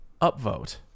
upvote